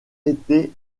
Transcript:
été